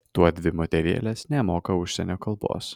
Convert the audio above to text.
tuodvi moterėlės nemoka užsienio kalbos